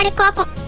and cup of